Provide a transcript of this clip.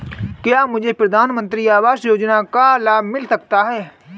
क्या मुझे प्रधानमंत्री आवास योजना का लाभ मिल सकता है?